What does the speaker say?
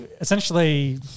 Essentially